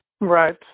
Right